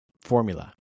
formula